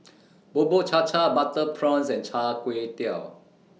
Bubur Cha Cha Butter Prawns and Char Kway Teow